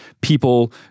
people